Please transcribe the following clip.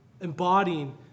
embodying